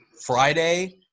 Friday